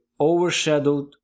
overshadowed